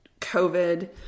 COVID